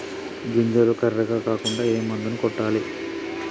గింజలు కర్రెగ కాకుండా ఏ మందును కొట్టాలి?